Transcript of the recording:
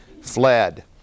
fled